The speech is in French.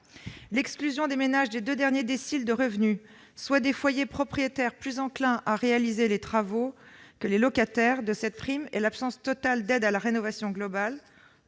cette prime des ménages des deux derniers déciles de revenus- soit des foyers propriétaires plus enclins à réaliser les travaux que les locataires -et l'absence totale d'aide à la rénovation globale,